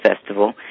Festival